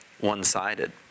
one-sided